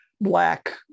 black